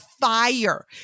fire